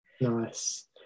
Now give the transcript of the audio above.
Nice